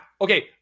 Okay